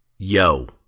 Yo